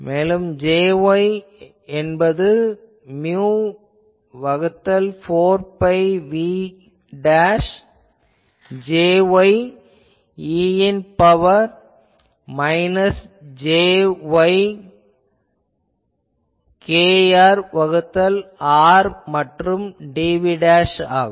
மேலும் Ay என்பது mu வகுத்தல் 4 பை v Jy e இன் பவர் மைனஸ் j kr வகுத்தல் r மற்றும் dv ஆகும்